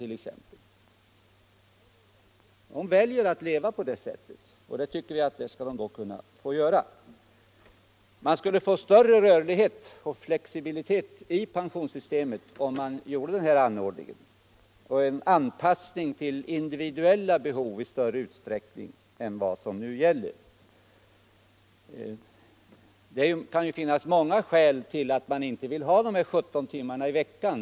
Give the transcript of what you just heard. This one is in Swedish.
Vi tycker att de skall kunna få välja att leva på det sättet. Man skulle få större rörlighet och flexibilitet i pensionssystemet om man anpassade det till individuella behov i större utsträckning än nu. Det kan finnas många skäl till att man inte vill arbeta 17 timmar i veckan.